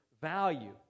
value